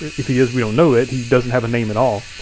if he is, we don't know it. he doesn't have a name at all.